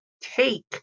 take